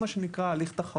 מבצעים, מה שנקרא, הליך תחרותי.